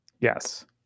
Yes